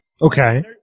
Okay